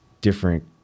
different